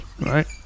right